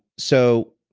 so